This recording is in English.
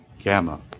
gamma